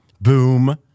boom